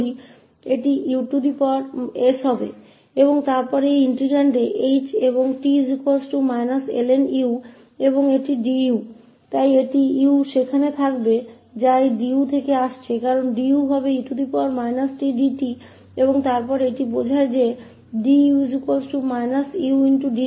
और फिर हमारे पास h और 𝑡 − ln 𝑢 इंटीग्रैंड में है और यह 𝑑𝑢 है इसलिए एक u होगा जो इस du से आ रहा है क्योंकि 𝑑𝑢 e tdt होगा और फिर इसका मतलब है कि 𝑑𝑢 −𝑢𝑑𝑡